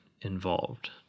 involved